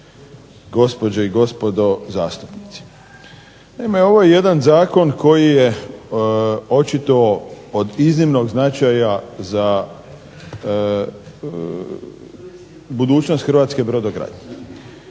gospođe i gospodo zastupnici. Naime ovo je jedan zakon koji je očito od iznimnog značaja za budućnost hrvatske brodogradnje.